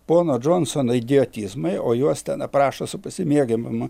pono džonsono idiotizmai o juos ten aprašo su pasimėgavimu